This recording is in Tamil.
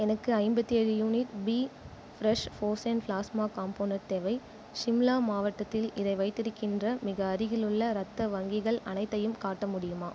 எனக்கு ஐம்பத்தேழு unit B fresh frozen plasma component தேவை ஷிம்லா மாவட்டத்தில் இதை வைத்திருக்கின்ற மிக அருகிலுள்ள இரத்த வங்கிகள் அனைத்தையும் காட்ட முடியுமா